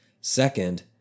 Second